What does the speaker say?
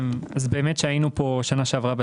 היינו פה בשנה שעברה,